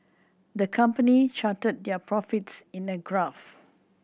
the company charted their profits in a graph